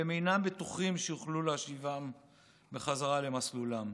והם אינם בטוחים שיוכלו להשיבם בחזרה למסלולם,